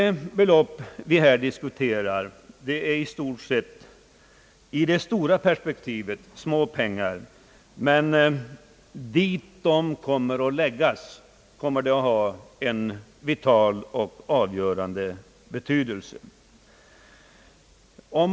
De belopp vi här diskuterar utgör i det stora perspektivet små pengar, men dit de kommer att sändas är de av en vital och avgörande betydelse.